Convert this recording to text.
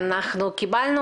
התשפ"ב-2021.